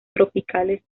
tropicales